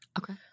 Okay